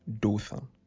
Dothan